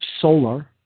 solar